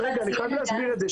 אני חייב להסביר את זה,